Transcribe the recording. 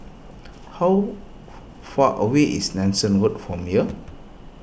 how far away is Nanson Road from here